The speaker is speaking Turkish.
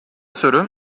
soru